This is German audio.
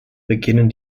beginnen